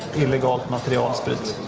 illegal material. um